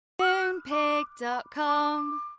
Moonpig.com